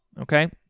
okay